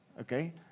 Okay